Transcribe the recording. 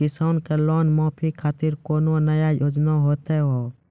किसान के लोन माफी खातिर कोनो नया योजना होत हाव?